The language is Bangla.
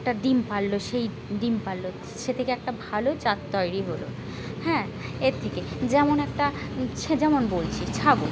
একটা ডিম পারলো সেই ডিম পারলো সে থেকে একটা ভালো জাত তৈরি হলো হ্যাঁ এর থেকে যেমন একটা সে যেমন বলছি ছাগল